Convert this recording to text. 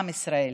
עם ישראל.